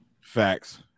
Facts